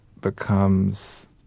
becomes